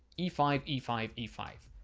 e five e five e five.